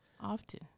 Often